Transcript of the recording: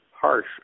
harsh